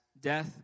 death